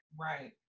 Right